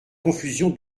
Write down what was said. confusion